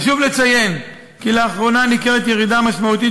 חשוב לציין כי לאחרונה ניכרת ירידה משמעותית